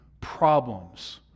problems